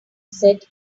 set